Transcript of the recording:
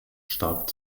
stark